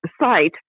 site